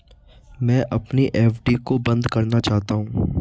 मैं अपनी एफ.डी को बंद करना चाहता हूँ